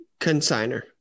consigner